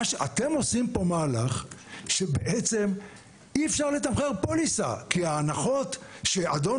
אתם עושים פה מהלך שבעצם אי אפשר לתמחר פוליסה כי ההנחות שאדון